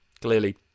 clearly